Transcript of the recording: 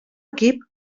equip